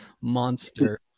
monster